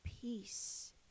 peace